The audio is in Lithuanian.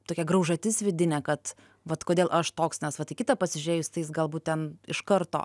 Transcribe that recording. tokia graužatis vidinė kad vat kodėl aš toks nes vat į kitą pasižiūrėjus tai jis galbūt ten iš karto